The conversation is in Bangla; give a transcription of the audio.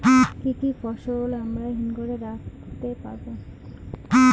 কি কি ফসল আমরা হিমঘর এ রাখতে পারব?